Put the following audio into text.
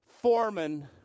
Foreman